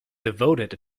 devoted